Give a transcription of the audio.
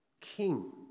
King